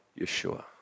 Yeshua